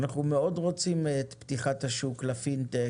שאנחנו מאוד רוצים את פתיחת השוק לפינטק,